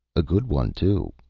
a good one, too.